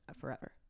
forever